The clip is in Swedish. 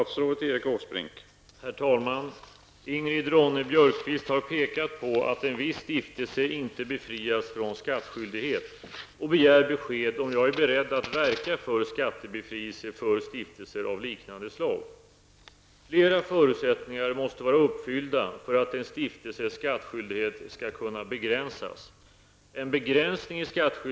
Herr talman! Ingrid Ronne-Björkqvist har pekat på att en viss stiftelse inte befriats från skattskyldighet och begär besked om jag är beredd att verka för skattebefrielse för stiftelser av liknande slag. Flera förutsättningar måste vara uppfyllda för att en stiftelses skattskyldighet skall kunna begränsas.